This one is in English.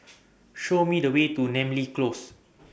Show Me The Way to Namly Close